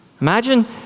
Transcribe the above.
Imagine